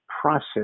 process